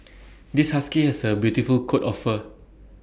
this husky has A beautiful coat of fur